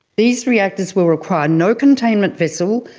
these reactors will require no containment vessel,